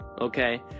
Okay